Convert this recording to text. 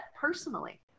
personally